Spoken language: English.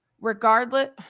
regardless